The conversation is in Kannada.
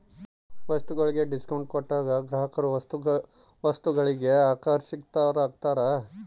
ವಸ್ತುಗಳಿಗೆ ಡಿಸ್ಕೌಂಟ್ ಕೊಟ್ಟಾಗ ಗ್ರಾಹಕರು ವಸ್ತುಗಳಿಗೆ ಆಕರ್ಷಿತರಾಗ್ತಾರ